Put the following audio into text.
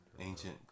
ancient